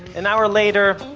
an hour later,